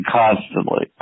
constantly